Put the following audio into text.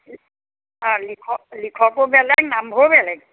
অঁ লিখক লিখকো বেলেগ নামবোৰো বেলেগ